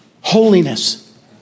holiness